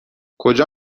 کجا